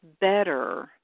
better